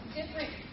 different